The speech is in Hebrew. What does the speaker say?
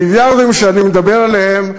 המיליארדים שאני מדבר עליהם,